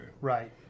Right